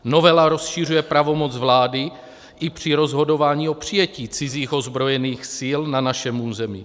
Novela rozšiřuje pravomoc vlády i při rozhodování o přijetí cizích ozbrojených sil na našem území.